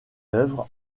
œuvre